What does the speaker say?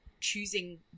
choosing